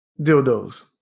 Dildos